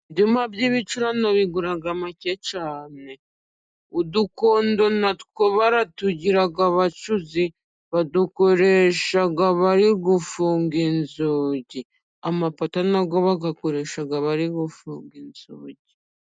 Ibyuma by'ibicurano bigura make cyane. Udukonzo natwo bara tugira , abacuzi badukoresha bari gufunga inzugi . Amapata nayo bayakoresha bari gufunga inzugi.